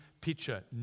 picture